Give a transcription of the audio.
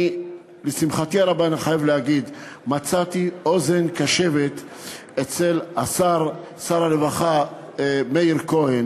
לשמחתי הרבה אני חייב להגיד שמצאתי אוזן קשבת אצל שר הרווחה מאיר כהן,